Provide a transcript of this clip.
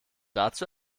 dazu